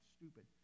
stupid